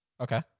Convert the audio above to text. Okay